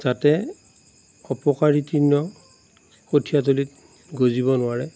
যাতে অপকাৰী তৃণ কঠীয়াতলিত গজিব নোৱাৰে